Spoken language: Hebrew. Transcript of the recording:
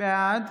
בעד